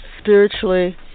spiritually